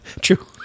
True